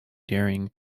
during